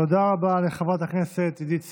תודה רבה לחברת הכנסת עידית סילמן.